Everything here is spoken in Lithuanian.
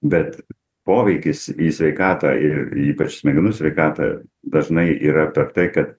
bet poveikis į sveikatą ir ypač smegenų sveikatą dažnai yra per tai ka